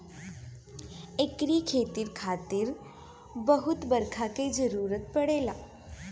एकरी खेती खातिर खूब बरखा के जरुरत पड़ेला